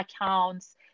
accounts